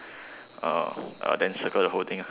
uh uh then circle the whole thing ah